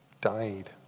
died